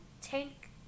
tank